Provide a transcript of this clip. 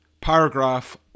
Paragraph